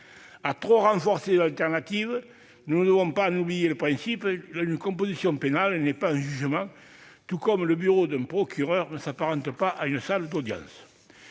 À trop renforcer l'alternative, nous ne devons pas en oublier le principal : une composition pénale n'est pas un jugement, et le bureau d'un procureur ne s'apparente pas à une salle d'audience.